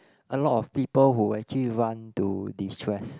a lot of people who actually run to destress